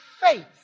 faith